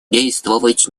действовать